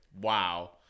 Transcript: Wow